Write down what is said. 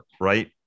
Right